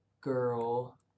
girl